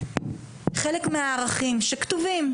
חלק מהערכים שכתובים,